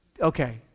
Okay